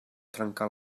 trencar